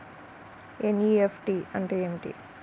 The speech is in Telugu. ఎన్.ఈ.ఎఫ్.టీ అంటే ఏమిటి?